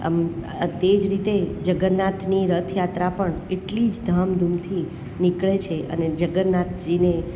તે જ રીતે જગન્નાથની રથયાત્રા પણ એટલી જ ધામધૂમથી નીકળે છે અને જગન્નાથજીને